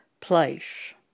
place